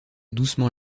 doucement